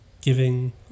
giving